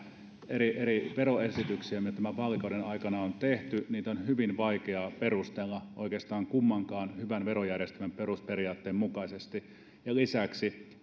eri eri veroesityksiä mitä tämän vaalikauden aikana on tehty niitä on hyvin vaikea perustella oikeastaan kummankaan hyvän verojärjestelmän perusperiaatteen mukaisesti ja lisäksi